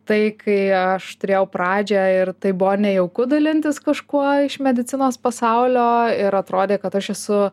tai kai aš turėjau pradžią ir tai buvo nejauku dalintis kažkuo iš medicinos pasaulio ir atrodė kad aš esu